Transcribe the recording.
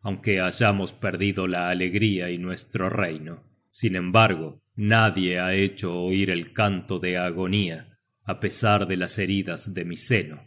aunque hayamos perdido la alegría y nuestro reino sin embargo nadie ha hecho oir el canto de agonía á pesar de las heridas de mi seno